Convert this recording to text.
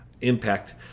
impact